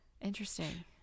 Interesting